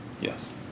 Yes